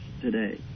today